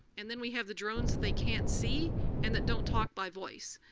and then we have the drones that they can't see and that don't talk by voice.